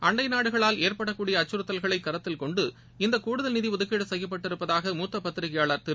அண்டைநாடுகளால் ஏற்படக்கூடியஅச்சுறுத்தல்களைகருத்தில் கொண்டு இந்தகூடுதல் நிதிஒதுக்கீடுசெய்யப்பட்டிருப்பதாக மூத்தபத்திரிக்கையாளர் திரு